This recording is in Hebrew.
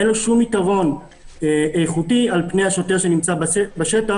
אין לו שום יתרון איכותי על פני השוטר שנמצא בשטח,